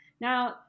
Now